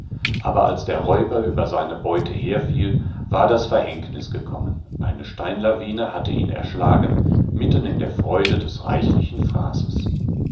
aber als der räuber über seine beute herfiel war das verhängnis gekommen eine steinlawine hatte ihn erschlagen mitten in der freude des reichlichen fraßes